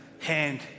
hand